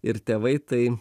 ir tėvai tai